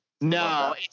No